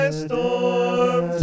storm